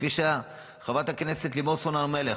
כפי שאמרה חברת הכנסת לימור סון הר מלך,